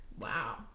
Wow